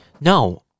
No